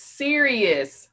serious